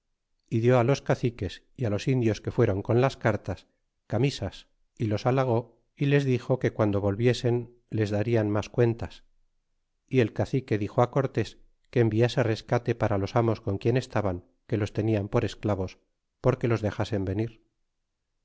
y dió los caci ques y los indios que fueron con las cartas camisas y los halagó y les dixo que quanti volviesen les darian mas cuentas y el cacique dixo cortés que enviase rescate para los amos con quien estaban que los tenían por esclavos porque los dexasen venir